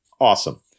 Awesome